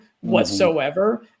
whatsoever